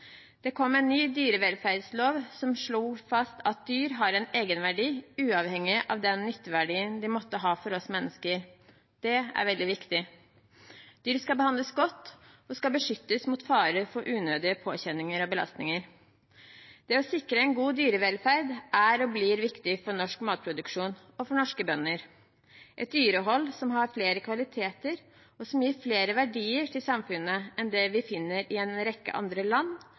Det kom en ny dyrevelferdslov som slo fast at dyr har en egenverdi, uavhengig av den nytteverdien de måtte ha for oss mennesker. Det er veldig viktig. Dyr skal behandles godt og skal beskyttes mot fare for unødige påkjenninger og belastninger. Det å sikre en god dyrevelferd, er og blir viktig for norsk matproduksjon og for norske bønder. Et dyrehold som har flere kvaliteter, og som gir flere verdier til samfunnet enn det vi finner i en rekke andre land,